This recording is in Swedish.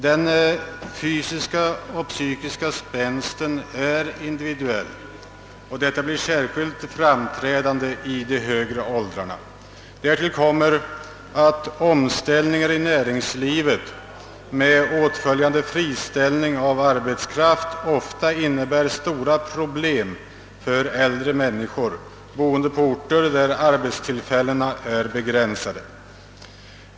| Den fysiska och psykiska spänsten är individuell, och detta blir särskilt framträdande i de högre åldrarna. Därtill kommer att omställningar i näringslivet med åtföljande friställning av arbetskraft ofta innebär stora problem för äldre människor, boende på orter där arbetstillfällena är begränsade.